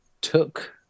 took